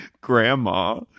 Grandma